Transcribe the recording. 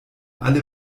alle